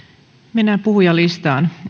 mennään puhujalistaan